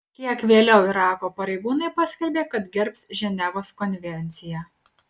kiek vėliau irako pareigūnai paskelbė kad gerbs ženevos konvenciją